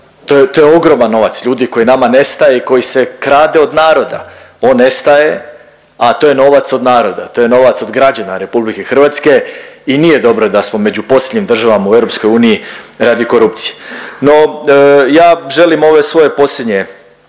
to je ogroman novac ljudi koji nama nestaje i koji se krade od naroda, on nestaje, a to je novac od naroda, to je novac od građana RH i nije dobro da smo među posljednjim državama u EU radi korupcije. No ja želim ove svoje posljednje